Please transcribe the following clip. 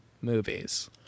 movies